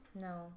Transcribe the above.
No